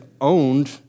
owned